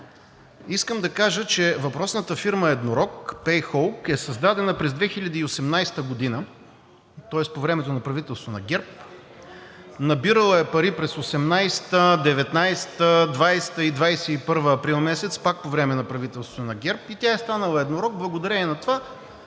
Искам да кажа, че въпросната фирма еднорог „Пей хоук“, е създадена през 2018 г., тоест по времето на правителството на ГЕРБ набирала е пари през 2018-а, 2019-а и 2021 г. април месец – пак по време на правителството на ГЕРБ, тя е станала еднорог благодарение на